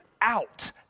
out